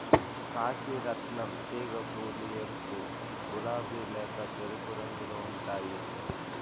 కాశీ రత్నం తీగ పూలు ఎరుపు, గులాబి లేక తెలుపు రంగులో ఉంటాయి